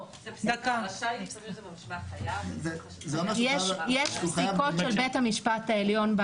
רשאי לפעמים זה במשמע חייב --- יש פסיקות של בית המשפט העליון,